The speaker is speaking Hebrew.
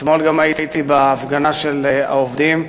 אתמול גם הייתי בהפגנה של העובדים.